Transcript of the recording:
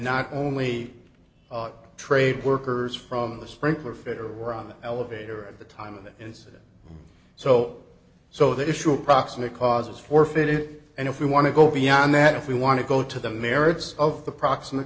not only trade workers from the sprinkler fit or were on the elevator at the time of the incident so so that issue of proximate causes forfeit it and if we want to go beyond that if we want to go to the merits of the proximate